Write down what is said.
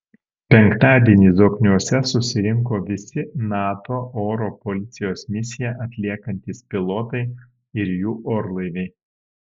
penktadienį zokniuose susirinko visi nato oro policijos misiją atliekantys pilotai ir jų orlaiviai